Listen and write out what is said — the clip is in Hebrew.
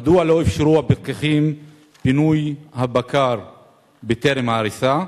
1. מדוע לא אפשרו הפקחים פינוי הבקר בטרם ההריסה?